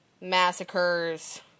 massacres